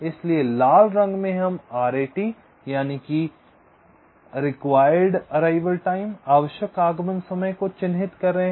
इसलिए लाल रंग में हम आरएटी यानि कि आवश्यक आगमन समय को चिह्नित कर रहे हैं